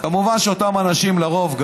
כמובן שאותם אנשים לרוב,